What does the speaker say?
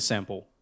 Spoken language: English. Sample